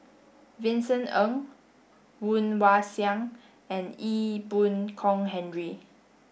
Vincent Ng Woon Wah Siang and Ee Boon Kong Henry